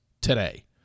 today